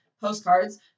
postcards